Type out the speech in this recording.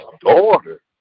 daughter